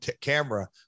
camera